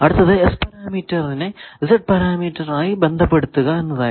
അടുത്തത് S പരാമീറ്ററിനെ ABCD parameter ആയി ബന്ധപ്പെടുത്തുക എന്നതായിരുന്നു